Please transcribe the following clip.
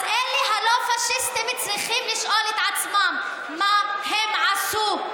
אז אלה הלא-פאשיסטים צריכים לשאול את עצמם מה הם עשו,